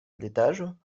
litaĵo